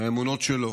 מהאמונות שלו,